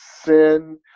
sin